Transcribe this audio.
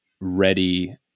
ready